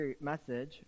message